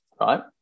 right